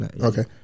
Okay